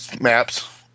Maps